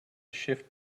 shift